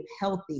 healthy